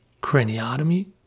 craniotomy